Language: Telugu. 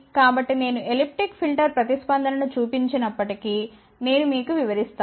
కాబట్టి నేను ఎలిప్టిక్ ఫిల్టర్ ప్రతిస్పందనను చూపించనప్పటికీ నేను మీకు వివరిస్తాను